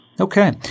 Okay